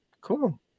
cool